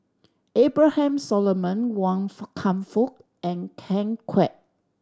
Abraham Solomon Wan Kam Fook and Ten Kwek